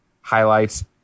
highlights